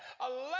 Eleven